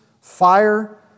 fire